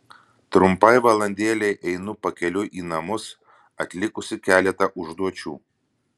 trumpai valandėlei einu pakeliui į namus atlikusi keletą užduočių